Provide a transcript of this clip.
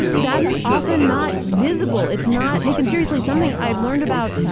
that's often not visible. it's not taken seriously. something i've learned about,